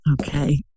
Okay